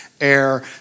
air